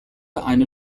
eine